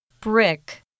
brick